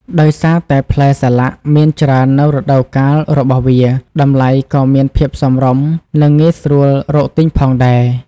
ដោយសារតែផ្លែសាឡាក់មានច្រើននៅរដូវកាលរបស់វា តម្លៃក៏មានភាពសមរម្យ និងងាយស្រួលរកទិញផងដែរ។